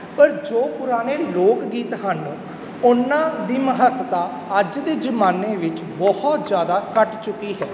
ਪਰ ਜੋ ਪੁਰਾਣੇ ਲੋਕ ਗੀਤ ਹਨ ਉਹਨਾਂ ਦੀ ਮਹੱਤਤਾ ਅੱਜ ਦੇ ਜ਼ਮਾਨੇ ਵਿੱਚ ਬਹੁਤ ਜ਼ਿਆਦਾ ਘੱਟ ਚੁੱਕੀ ਹੈ